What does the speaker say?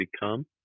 become